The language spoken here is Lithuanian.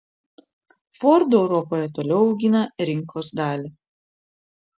ford europoje toliau augina rinkos dalį